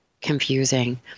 confusing